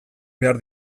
behar